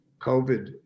COVID